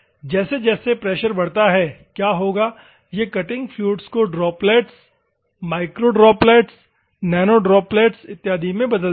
जैसे जैसे प्रेशर बढ़ता है क्या होगा यह कटिंग फ्लूइड को ड्रॉप्लेट्स माइक्रोड्रोप्लेट्स नैनोड्रॉपलेट्स इत्यादि में बदल देगा